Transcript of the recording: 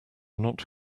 not